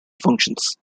functions